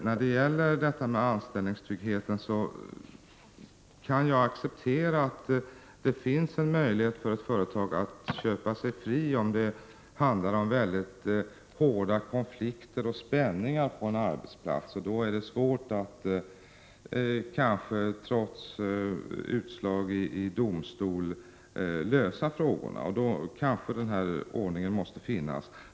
När det gäller anställningstryggheten kan jag acceptera att det finns en möjlighet för ett företag att köpa sig fritt i fall med svåra konflikter och spänningar på en arbetsplats. Då kan det vara svårt att trots utslag i domstol lösa frågorna. I sådana fall kanske denna ordning måste finnas.